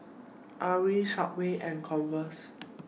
Arai Subway and Converse